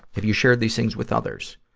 have you shared these things with others?